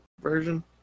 version